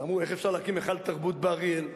ואמרו: איך אפשר להקים היכל תרבות באריאל?